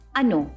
ano